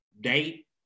date